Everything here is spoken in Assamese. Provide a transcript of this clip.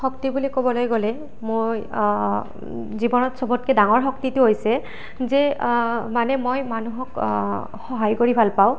শক্তি বুলি ক'বলৈ গ'লে মই জীৱনত সবতকৈ ডাঙৰ শক্তিটো হৈছে যে মানে মই মানুহক সহায় কৰি ভাল পাওঁ